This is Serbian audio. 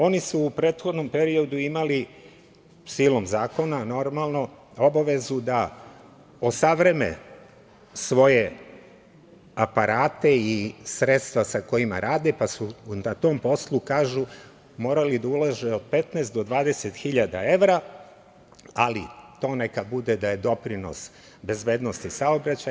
Oni su u prethodnom periodu imali silom zakona, normalno, obavezu da osavremene svoje aparate i sredstva sa kojima rade, pa su na tom poslu, kažu, morali da ulože od 15 do 20 hiljada evra, ali to neka bude da je doprinos bezbednosti saobraćaja.